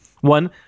One